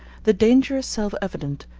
the danger is self-evident,